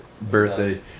birthday